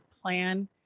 plan